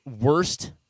worst